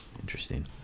Interesting